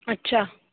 अच्छा